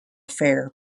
fair